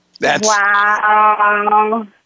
Wow